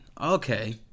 Okay